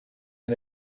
and